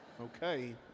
Okay